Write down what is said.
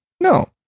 No